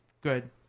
good